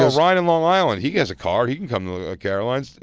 ah ryan in long island. he has a car. he can come to caroline's.